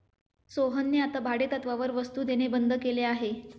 सोहनने आता भाडेतत्त्वावर वस्तु देणे बंद केले आहे